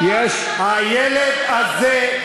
הילד הזה,